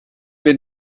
have